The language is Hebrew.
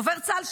דובר צה"ל,